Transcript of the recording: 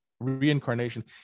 reincarnation